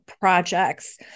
projects